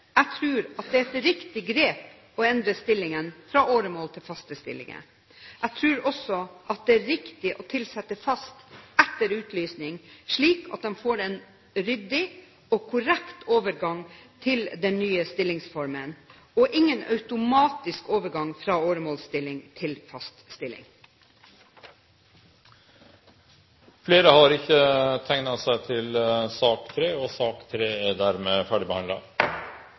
det er et riktig grep å endre stillingen fra åremål til fast stilling. Jeg tror også det er riktig å tilsette fast etter utlysing, slik at man får en ryddig og korrekt overgang til den nye stillingsformen – altså ingen automatisk overgang fra åremålstilling til fast stilling. Flere har ikke bedt om ordet til sak nr. 3. Etter ønske fra kommunal- og